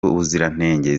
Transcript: ubuziranenge